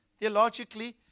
theologically